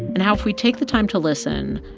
and how if we take the time to listen,